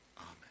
Amen